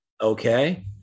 Okay